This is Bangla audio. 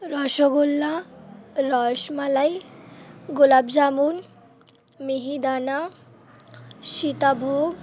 রসগোল্লা রসমলাই গোলাপ জামুন মিহিদানা সীতাভোগ